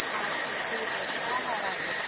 আচ্ছা ঠিক আছে হ্যাঁ হ্যাঁ রাখো